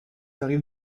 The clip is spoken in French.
arrive